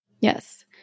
Yes